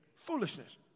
Foolishness